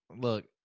Look